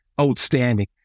outstanding